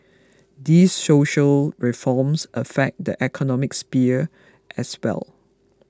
these social reforms affect the economic sphere as well